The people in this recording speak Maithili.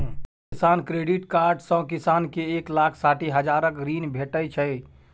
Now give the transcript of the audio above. किसान क्रेडिट कार्ड सँ किसान केँ एक लाख साठि हजारक ऋण भेटै छै